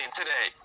today